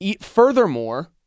Furthermore